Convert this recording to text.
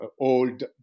old